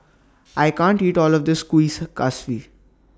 I can't eat All of This Kuih Kaswi